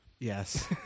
Yes